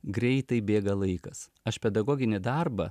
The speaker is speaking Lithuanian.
greitai bėga laikas aš pedagoginį darbą